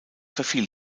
verfiel